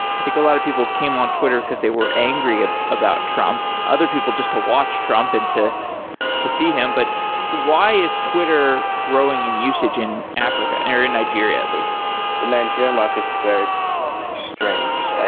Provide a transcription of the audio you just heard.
i think a lot of people came on twitter, because they were angry ah about trump. other people just to watch trump and to to see him, but why is twitter growing in usage in africa, and or in nigeria at least? the nigerian market is very strange,